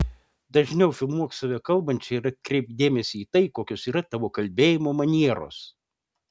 dažniau filmuok save kalbančią ir atkreipk dėmesį į tai kokios yra tavo kalbėjimo manieros